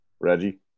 Reggie